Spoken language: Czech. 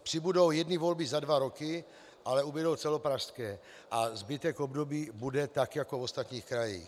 Přibudou jedny volby za dva roky, ale ubudou celopražské a zbytek období bude tak jako v ostatních krajích.